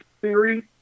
theory